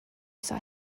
saw